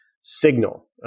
signal